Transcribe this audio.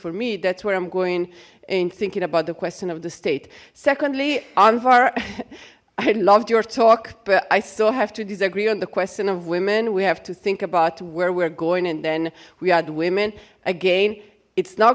for me that's what i'm going in thinking about the question of the state secondly on var i loved your talk but i still have to disagree on the question of women we have to think about where we're going and then we add women again it's not